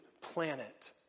planet